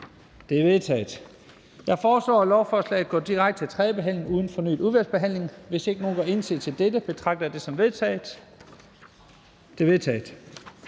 De er vedtaget. Jeg foreslår, at lovforslaget går direkte til tredje behandling uden fornyet udvalgsbehandling. Hvis ingen gør indsigelse mod dette, betragter jeg det som vedtaget. Det er vedtaget.